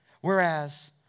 Whereas